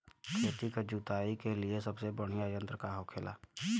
खेत की जुताई के लिए सबसे बढ़ियां यंत्र का होखेला?